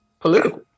political